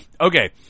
Okay